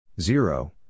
zero